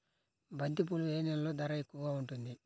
బంతిపూలు ఏ నెలలో ధర ఎక్కువగా ఉంటుంది?